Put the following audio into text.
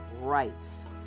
rights